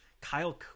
Kyle